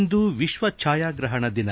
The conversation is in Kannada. ಇಂದು ವಿಶ್ವ ಛಾಯಾಗ್ರಹಣ ದಿನ